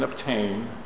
obtain